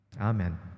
Amen